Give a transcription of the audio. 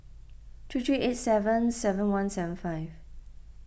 three three eight seven seven one seven five